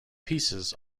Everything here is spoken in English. pieces